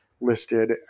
listed